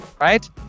right